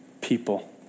people